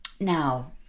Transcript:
Now